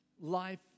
life